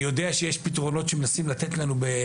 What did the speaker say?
אני יודע שיש פתרונות שמנסים לתת לנו.